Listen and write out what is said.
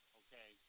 okay